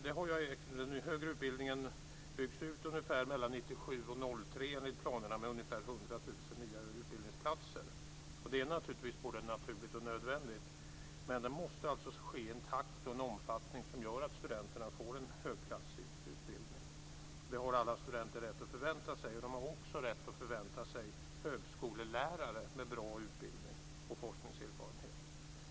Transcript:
Den högre utbildningen byggs enligt planerna ut mellan 1997 och 2003 med ungefär 100 000 nya utbildningsplatser. Det är naturligtvis både naturligt och nödvändigt. Men det måste alltså ske i en takt och en omfattning som gör att studenterna får en högklassig utbildning. Det har alla studenter rätt att förvänta sig. De har också rätt att förvänta sig högskolelärare med bra utbildning och forskningserfarenhet.